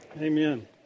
Amen